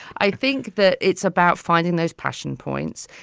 i think that it's about finding those passion points.